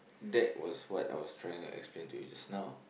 that was what I was trying to explain to you just now